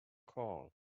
call